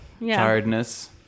tiredness